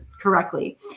correctly